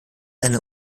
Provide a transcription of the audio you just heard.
eine